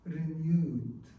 renewed